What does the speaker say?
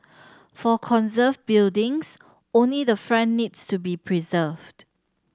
for conserved buildings only the front needs to be preserved